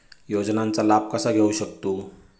योजनांचा लाभ कसा घेऊ शकतू?